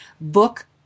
book